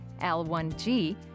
L1G